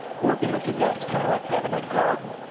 working with the gut is kind of like having a garden.